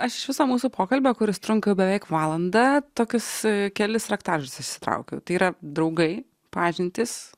aš iš viso mūsų pokalbio kuris trunka jau beveik valandą tokius kelis raktažodžius išsitraukiau tai yra draugai pažintys